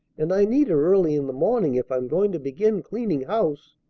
and i need her early in the morning if i'm going to begin cleaning house.